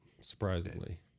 Surprisingly